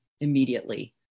immediately